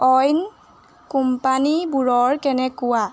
অইন কোম্পানীবোৰৰ কেনেকুৱা